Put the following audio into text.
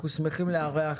אנחנו שמחים לארח